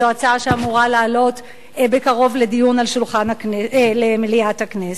זאת הצעה שאמורה לעלות בקרוב לדיון במליאת הכנסת,